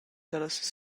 dallas